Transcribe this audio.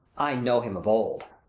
i know him of old.